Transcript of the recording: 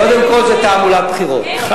קודם כול, זה תעמולת בחירות,